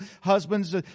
husbands